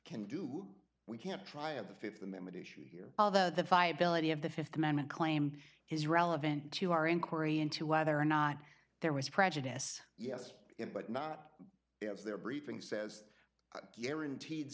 can do we can't try and the fifth amendment issue here although the viability of the fifth amendment claim is relevant to our inquiry into whether or not there was prejudice yes in but not if there briefing says guaranteed